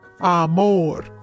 Amor